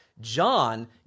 John